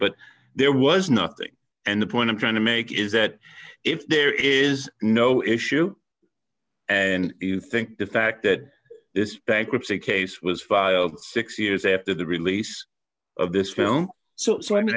but there was nothing and the point i'm trying to make is that if there is no issue and you think the fact that this bankruptcy case was filed six years after the release of this film so